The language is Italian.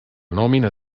nomina